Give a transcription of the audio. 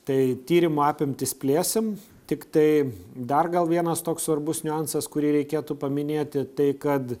tai tyrimo apimtis plėsim tiktai dar gal vienas toks svarbus niuansas kurį reikėtų paminėti tai kad